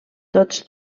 tots